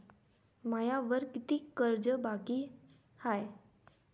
मायावर कितीक कर्ज बाकी हाय?